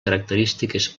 característiques